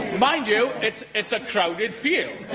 mind you, it's it's a crowded field.